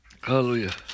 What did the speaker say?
Hallelujah